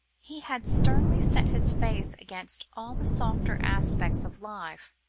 he had sternly set his face against all the softer aspects of life,